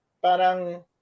parang